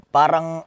parang